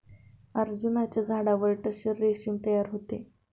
अर्जुनाच्या झाडावर टसर रेशीम तयार होते